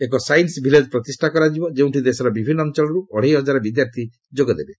ଏକ science village ପ୍ରତିଷ୍ଠା କରାଯିବ ଯେଉଁଠି ଦେଶର ବିଭିନ୍ନ ଅଞ୍ଚଳରୁ ଅଢ଼େଇ ହଜାର ବିଦ୍ୟାର୍ଥୀ ଯୋଗେଦେବେ